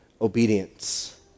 obedience